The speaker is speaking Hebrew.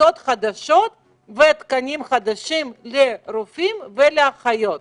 מיטות חדשות ותקנים חדשים לרופאים ולאחיות.